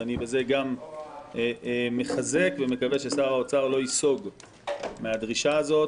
ואני בזה גם מחזק ומקווה ששר האוצר לא ייסוג מהדרישה הזאת